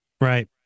Right